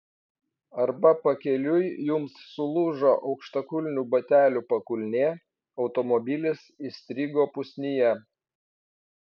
arba pakeliui jums sulūžo aukštakulnių batelių pakulnė automobilis įstrigo pusnyje